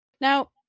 Now